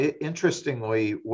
Interestingly